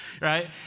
right